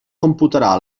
computarà